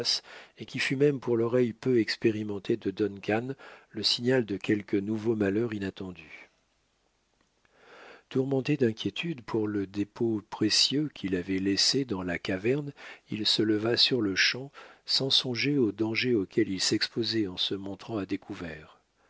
et qui fut même pour l'oreille peu expérimentée de duncan le signal de quelque nouveau malheur inattendu tourmenté d'inquiétude pour le dépôt précieux qu'il avait laissé dans la caverne il se leva sur-le-champ sans songer au danger auquel il s'exposait en se montrant à découvert